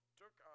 took